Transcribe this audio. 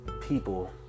people